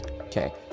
okay